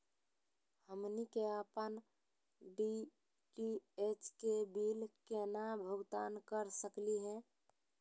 हमनी के अपन डी.टी.एच के बिल केना भुगतान कर सकली हे?